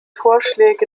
vorschläge